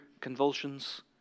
convulsions